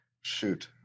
Shoot